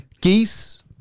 Geese